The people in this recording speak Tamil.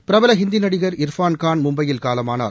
பிரபல இந்தி நடிகர் இர்பான் கான் மும்பையில் காலமானார்